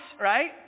Right